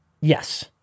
Yes